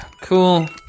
Cool